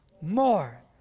more